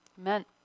Amen